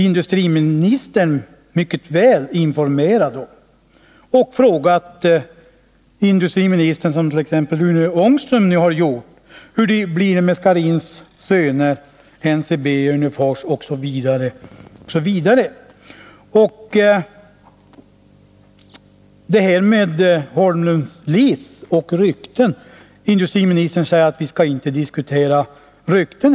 Industriministern är säkert väl informerad om vissa av dem. Jag kunde, som t.ex. Rune Ångström gjorde, ha frågat industriministern hur det blir med AB Scharins Söner, NCB, Hörnefors osv. Beträffande Holmlunds Livsmedel sade industriministern att vii kammaren inte skall diskutera rykten.